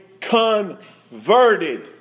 converted